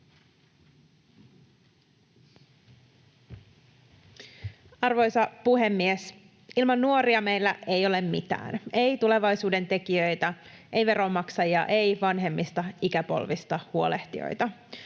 Arvoisa puhemies! Ilman nuoria meillä ei ole mitään — ei tulevaisuudentekijöitä, ei veronmaksajia, ei vanhemmista ikäpolvista huolehtijoita.